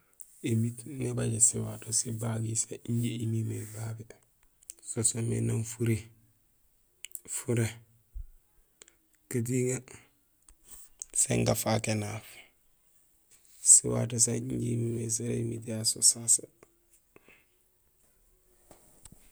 Ēmiit nébajé siwato sibagir san injé imimé babé; so soomé nang furi, furé, gatiŋee sin gafaak énaaf. Siwato sé injé imimé sara émiit yayu; so sasé.